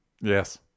Yes